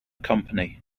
company